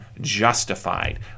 justified